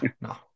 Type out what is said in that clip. no